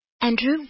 Andrew